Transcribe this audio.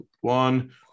one